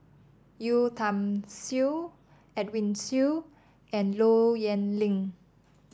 Yeo Tiam Siew Edwin Siew and Low Yen Ling